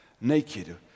naked